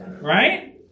right